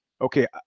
Okay